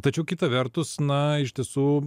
tačiau kita vertus na iš tiesų